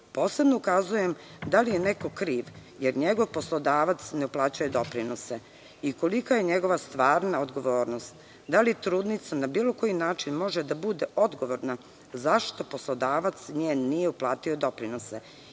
ukazujem da li je neko kriv, jer njegov poslodavac ne uplaćuje doprinose i kolika je njegova stvarna odgovornost, da li trudnica na bilo koji način može da bude odgovorna, zašto njen poslodavac nije uplatio doprinose